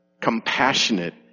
compassionate